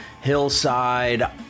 hillside